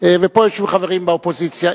ופה יושבים חברים באופוזיציה.